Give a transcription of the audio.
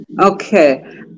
Okay